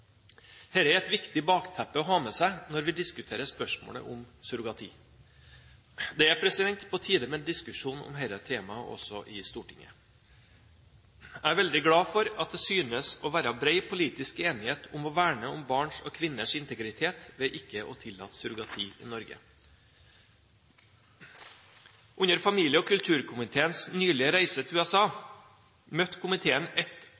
er et viktig bakteppe å ha med seg når vi diskuterer spørsmålet om surrogati. Det er på tide med en diskusjon om dette temaet også i Stortinget. Jeg er veldig glad for at det synes å være bred politisk enighet om å verne om barns og kvinners integritet ved ikke å tillate surrogati i Norge. Under en nylig reise til USA møtte familie- og kulturkomiteen ett